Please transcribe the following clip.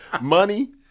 Money